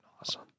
awesome